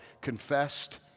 confessed